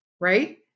right